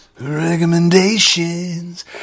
Recommendations